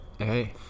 Hey